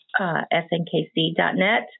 snkc.net